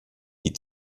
die